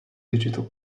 digital